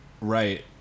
Right